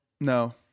No